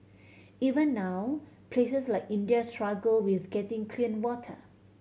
even now places like India struggle with getting clean water